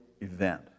event